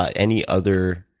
ah any other?